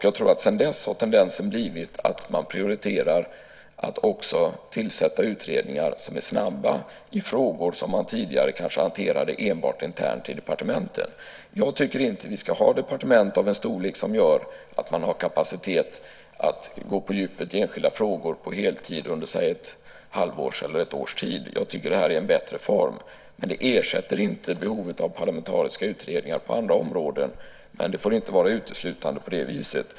Jag tror att sedan dess har tendensen blivit att man prioriterar att också tillsätta utredningar som är snabba i frågor som man tidigare kanske hanterade enbart internt i departementen. Jag tycker inte att vi ska ha departement av en storlek som gör att man har kapacitet att gå på djupet i enskilda frågor på heltid under till exempel ett halvårs eller ett års tid. Jag tycker att det här är en bättre form. Det ersätter inte behovet av parlamentariska utredningar på andra områden, men det får inte vara uteslutande på det viset.